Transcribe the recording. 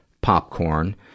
popcorn